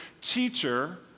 teacher